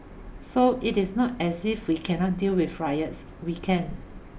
so it is not as if we cannot deal with riots we can